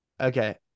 okay